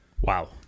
wow